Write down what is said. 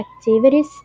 activities